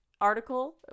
article